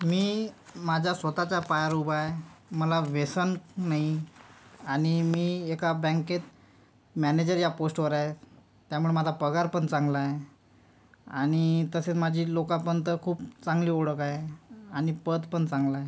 मी माझ्या स्वत च्या पायावर उभा आहे मला व्यसन नाही आणि मी एका बँकेत मॅनेजर या पोस्टवर आहे त्यामुळं माझा पगार पण चांगला आहे आणि तसेच माझी लोकापंत खूप चांगली ओळख आहे आणि पद पण चांगलं आहे